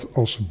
als